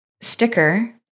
sticker